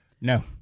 No